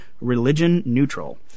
religion-neutral